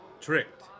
Tricked